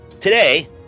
Today